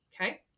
okay